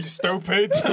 stupid